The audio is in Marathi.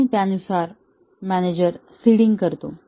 आणि त्यानुसार मॅनेजर सिडींग करतो